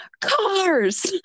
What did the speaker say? cars